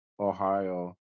Ohio